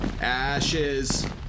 Ashes